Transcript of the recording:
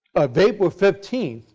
of april fifteen,